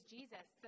Jesus